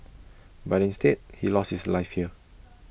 but instead he lost his life here